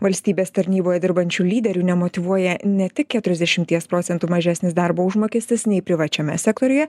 valstybės tarnyboje dirbančių lyderių nemotyvuoja ne tik keturiasdešimties procentų mažesnis darbo užmokestis nei privačiame sektoriuje